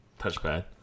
Touchpad